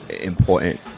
important